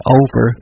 over